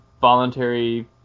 voluntary